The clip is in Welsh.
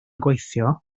gweithio